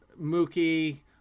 Mookie